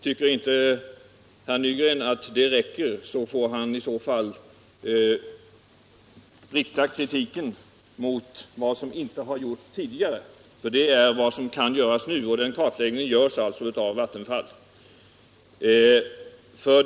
Tycker herr Nygren inte att det räcker, får han i så fall rikta kritik mot det som inte har gjorts tidigare. Vi gör vad som nu kan göras. Kartläggningen utförs av Vattenfall.